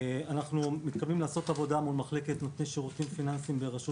אנחנו מתכוונים לעשות עבודה מול מחלקת נותני שירותים פיננסיים ברשות